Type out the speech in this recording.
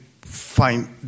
find